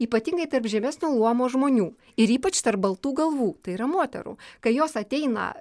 ypatingai tarp žemesnio luomo žmonių ir ypač tarp baltų galvų tai yra moterų kai jos ateina